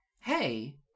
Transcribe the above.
hey